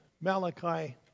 Malachi